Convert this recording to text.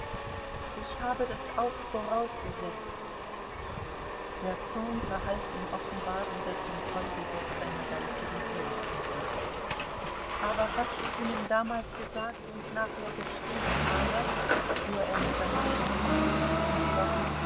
ich habe das auch vorausgesetzt der zorn verhalf ihm offenbar wieder zum vollbesitz seiner geistigen fähigkeiten aber was ich ihnen damals gesagt und nachher geschrieben habe fuhr er mit seiner scharfen hohen stimme fort